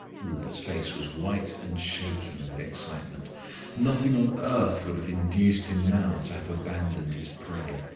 rupert's face was white and shaking with excitement nothing on earth would have induced him now to have abandoned his prey.